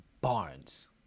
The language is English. Barnes